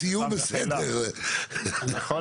יש פה